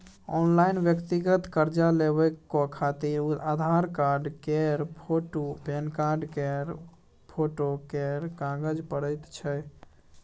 online व्यक्तिगत कर्जा लेबाक खातिर आधार कार्ड केर फोटु, पेनकार्ड केर फोटो केर काज परैत छै